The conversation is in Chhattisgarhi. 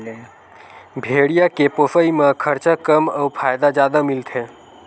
भेड़िया के पोसई म खरचा कम अउ फायदा जादा मिलथे